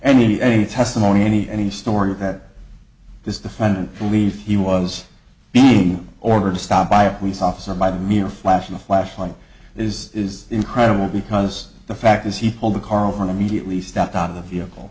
any any testimony any any story that this defendant believed he was being ordered to stop by a police officer by the mere flashing a flashlight is is incredible because the fact is he pulled the car over immediately stepped out of the vehicle